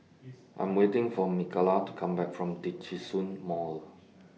I'm waiting For Mikalah to Come Back from Djitsun Mall